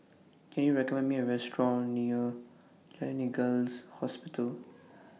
Can YOU recommend Me A Restaurant near Gleneagles Hospital